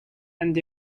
and